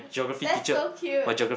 that's so cute